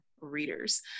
readers